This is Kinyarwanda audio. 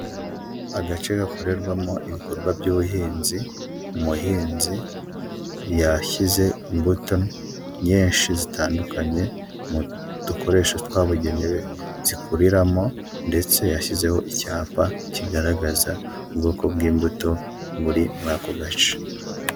Agace gakorerwamo ibikorwa by'ubuhinzi, umuhinzi yashyize imbuto nyinshi zitandukanye mu dukoresho twabugenewe zikuriramo ndetse yashyizeho icyapa kigaragaza ubwoko bw'imbuto buri muri ako gace.